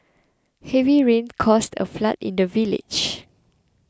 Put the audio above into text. heavy rains caused a flood in the village